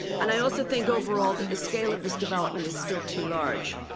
and i also think overall that the scale of this development is still too large.